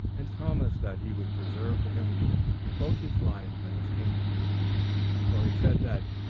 and promised that he would preserve to him both his life and his kingdom for he said that,